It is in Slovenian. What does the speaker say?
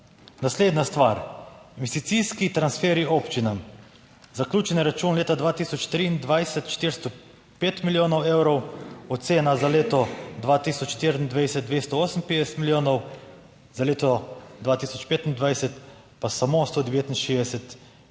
Naslednja stvar, investicijski transfer občinam. Zaključni račun leta 2023 - 405 milijonov evrov, ocena za leto 2024 - 258 milijonov, za leto 2025 pa samo 169 milijonov